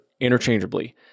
interchangeably